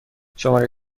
شماره